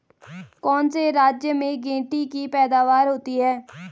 कौन से राज्य में गेंठी की पैदावार होती है?